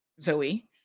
Zoe